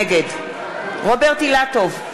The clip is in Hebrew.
נגד רוברט אילטוב,